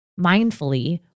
mindfully